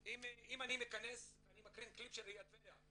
אם אני מכנס ואני מקרין קליפ של עיריית טבריה,